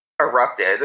erupted